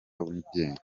wigenga